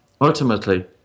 ultimately